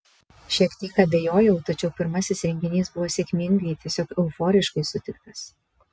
šiek tiek abejojau tačiau pirmasis renginys buvo sėkmingai tiesiog euforiškai sutiktas